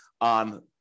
on